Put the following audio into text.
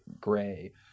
gray